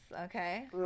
okay